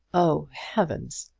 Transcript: oh, heavens!